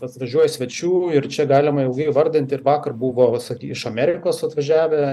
atvažiuoja svečių ir čia galima ilgai vardint ir vakar buvo va saky iš amerikos atvažiavę